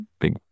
big